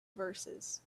verses